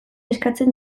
eskatzen